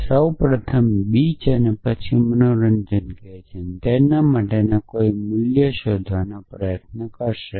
તે સૌ પ્રથમ બીચ પછી મનોરંજન માટે કોઈ મૂલ્ય શોધવાનો પ્રયાસ કરશે